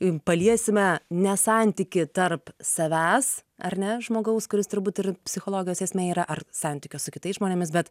ir paliesime ne santykį tarp savęs ar ne žmogaus kuris turbūt ir psichologijos esmė yra ar santykio su kitais žmonėmis bet